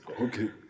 Okay